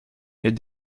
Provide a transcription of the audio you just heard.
est